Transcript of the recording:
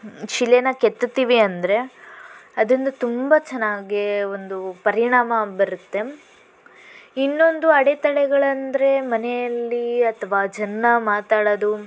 ಶಿಲೆಯನ್ನ ಕೆತ್ತೀವಿ ಅಂದರೆ ಅದರಿಂದ ತುಂಬ ಚೆನ್ನಾಗಿ ಒಂದು ಪರಿಣಾಮ ಬರತ್ತೆ ಇನ್ನೊಂದು ಅಡೆತಡೆಗಳಂದರೆ ಮನೆಯಲ್ಲಿ ಅಥವಾ ಜನ ಮಾತಾಡೋದು